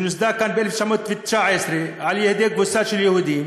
שנוסדה כאן ב-1919 על-ידי קבוצה של יהודים,